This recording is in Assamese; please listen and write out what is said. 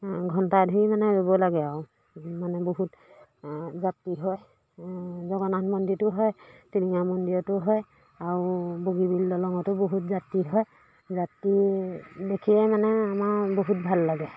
ঘণ্টা ধুই মানে ৰুব লাগে আৰু মানে বহুত যাত্ৰী হয় জগন্নাথ মন্দিৰটো হয় টিলিঙা মন্দিৰতো হয় আৰু বগীবিল দলঙতো বহুত যাত্ৰী হয় যাত্ৰী দেখিয়ে মানে আমাৰ বহুত ভাল লাগে